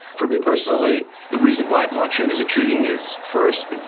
for me personally, the reason why blockchain is intriguing is first,